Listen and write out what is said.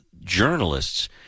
journalists